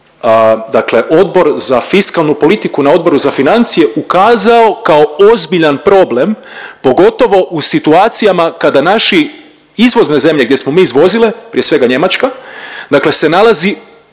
dakle Odbor za fiskalnu politiku na Odboru za financije ukazao kao ozbiljan problem, pogotovo u situacijama kada naši, izvozne zemlje gdje smo mi izvozili, prije svega Njemačka dakle se nalazi